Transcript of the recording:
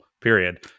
period